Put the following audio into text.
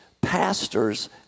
pastors